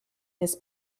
his